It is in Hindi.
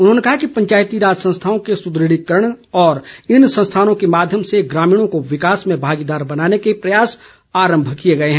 उन्होंने कहा कि पंचायतीराज संस्थाओं के सुदृढ़ीकरण और इन संस्थानों के माध्यम से ग्रामीणों को विकास में भागीदार बनाने के प्रयास आरम्म किए गए हैं